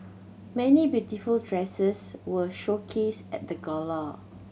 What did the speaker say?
many beautiful dresses were showcased the gala